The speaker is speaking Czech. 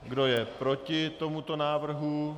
Kdo je proti tomuto návrhu?